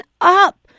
up